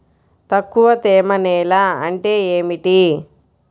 తక్కువ తేమ నేల అంటే ఏమిటి?